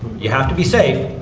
you have to be safe,